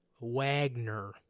Wagner